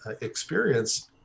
experience